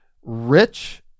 rich